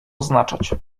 oznaczać